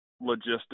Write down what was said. logistics